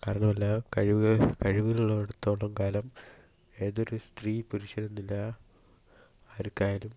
കാരണം എല്ലാ കഴിവ് കഴിവുള്ളടത്തോളം കാലം ഏതൊരു സ്ത്രീ പുരുഷൻ എന്നില്ലാ ആർക്കായാലും